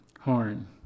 horn